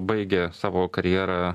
baigė savo karjerą